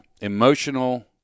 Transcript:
emotional